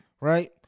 Right